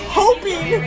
hoping